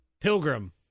pilgrim